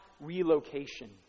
relocation